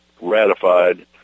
ratified